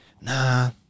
nah